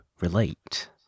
relate